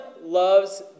loves